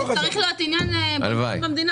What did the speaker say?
צחי, אפשר להמשיך, בבקשה?